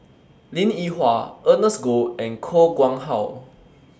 Linn in Hua Ernest Goh and Koh Nguang How